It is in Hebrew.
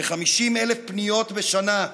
ל-50,000 פניות בשנה,